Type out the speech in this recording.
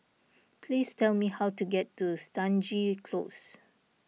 please tell me how to get to Stangee Close